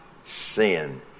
sin